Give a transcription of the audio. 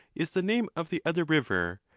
is the name of the other river,